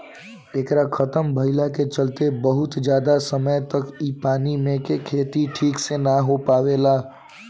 एकरा खतम भईला के चलते बहुत ज्यादा समय तक इ पानी मे के खेती ठीक से ना हो पावेला